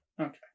Okay